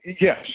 yes